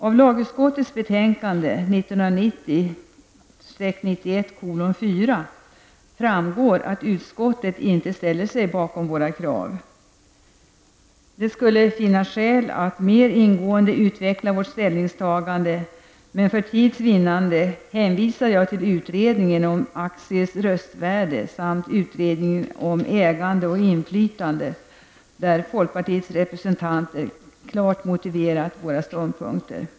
Av lagutskottets betänkande 1990/91:4 framgår att utskottet inte ställer sig bakom våra krav. Det finns skäl att mer ingående utveckla vårt ställningstagande, men för tids vinnande hänvisar jag till utredningen om aktiers röstvärde samt till utredningen om ägande och inflytande, där folkpartiets representanter mycket klart motiverat våra ståndpunkter.